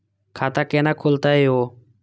खाता केना खुलतै यो